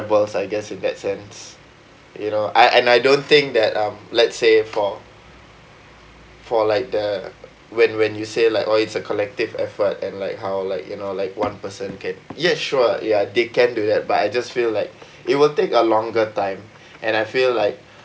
rebels I guess in that sense you know I and I don't think that um let's say for for like the when when you say like orh it's a collective effort and like how like you know like one person can yeah sure ya they can do that but I just feel like it will take a longer time and I feel like